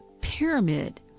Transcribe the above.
pyramid